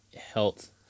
Health